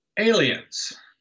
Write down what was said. Aliens